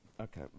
Okay